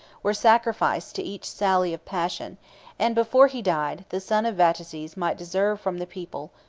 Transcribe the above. were sacrificed to each sally of passion and before he died, the son of vataces might deserve from the people,